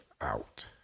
out